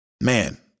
Man